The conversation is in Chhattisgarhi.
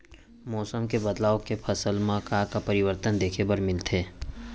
मौसम के बदलाव ले फसल मा का का परिवर्तन देखे बर मिलथे?